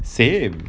same